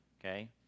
Okay